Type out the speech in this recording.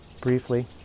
briefly